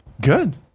Good